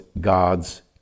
God's